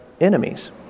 enemies